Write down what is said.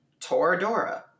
Toradora